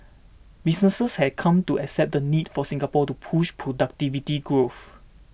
businesses have come to accept the need for Singapore to push productivity growth